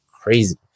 crazy